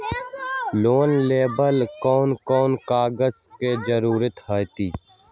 Loan लेवेला कौन कौन कागज के जरूरत होतई?